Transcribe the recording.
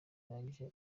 bihagije